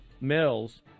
Mills